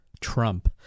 Trump